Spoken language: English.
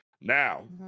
Now